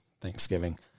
Thanksgiving